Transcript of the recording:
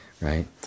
right